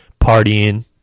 partying